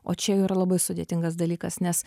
o čia jau yra labai sudėtingas dalykas nes